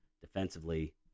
defensively